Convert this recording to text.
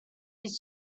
his